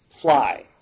fly